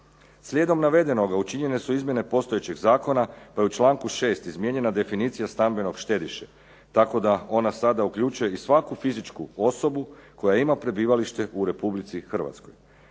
Slijedom navedenoga učinjene su izmjene postojećeg zakona pa je u članku 6. izmijenjena definicija stambenog štediše tako da ona sada uključuje i svaku fizičku osobu koja ima prebivalište u Republici Hrvatskoj.